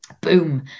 boom